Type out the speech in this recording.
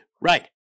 Right